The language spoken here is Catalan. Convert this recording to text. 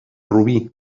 rubí